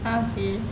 a'ah seh